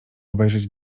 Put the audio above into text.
obejrzeć